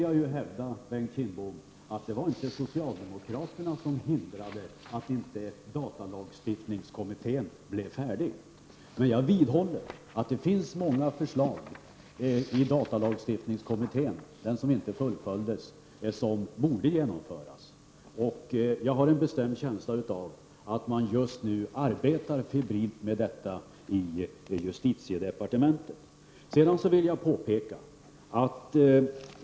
Jag hävdar, Bengt Kindbom, att det inte var socialdemokraterna som hindrade datalagstiftningskommittén att bli färdig. Men jag vidhåller att det finns många förslag från datalagstiftningskommittén som inte fullföljdes men som borde genomföras. Jag har en bestämd känsla av att man just nu arbetar febrilt med detta i justitiedepartementet.